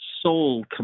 soul